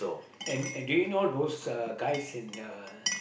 and and do you know those uh guys in uh